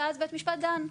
ואז בית משפט דן.